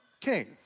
king